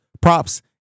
props